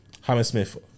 Hammersmith